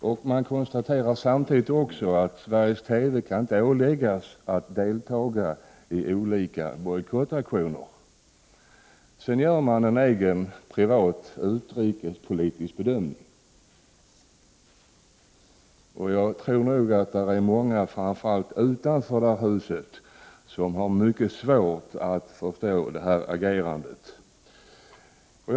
Nämnden konstaterar samtidigt att Sveriges TV inte kan åläggas att delta i olika bojkottaktioner. Därefter gör emellertid nämnden en alldeles egen utrikespolitisk bedömning. Jag tror att det är många, framför allt utanför detta hus, som har mycket svårt att förstå agerandet. Fru talman!